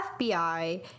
FBI